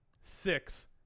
six